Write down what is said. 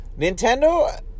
Nintendo